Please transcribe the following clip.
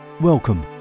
Welcome